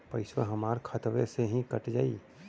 पेसावा हमरा खतवे से ही कट जाई?